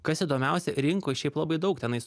kas įdomiausia rinkoj šiaip labai daug tenais